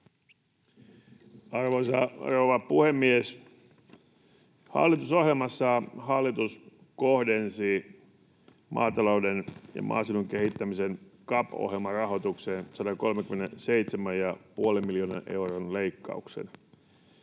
Arvoisa rouva puhemies! Hallitusohjelmassa hallitus kohdensi maatalouden ja maaseudun kehittämisen CAP-ohjelman rahoitukseen 137,5 miljoonan euron leikkauksen.